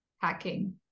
hacking